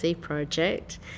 project